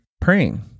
praying